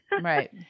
Right